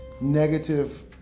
negative